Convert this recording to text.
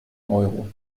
euro